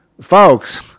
Folks